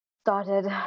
started